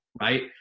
right